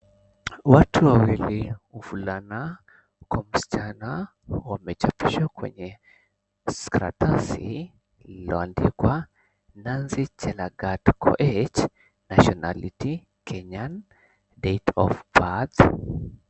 Watu wa mvulana kwa msichana wamechapishwa kwenye karatasi iliyoandikwa, Nancy Chelagat Koech, Nationality, Kenyan. Date of birth.